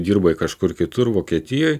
dirbai kažkur kitur vokietijoj